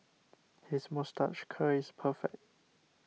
his moustache curl is perfect